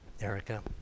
Erica